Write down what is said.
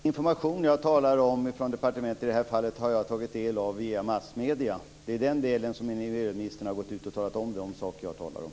Herr talman! Den information från departementet jag talar om i det här fallet har jag tagit del av via massmedier. Det är den delen som miljöministern har gått ut och talat om, alltså de saker jag talar om.